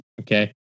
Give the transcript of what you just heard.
Okay